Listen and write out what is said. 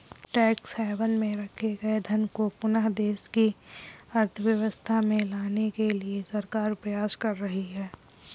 tax haven में रखे गए धन को पुनः देश की अर्थव्यवस्था में लाने के लिए सरकार प्रयास कर रही है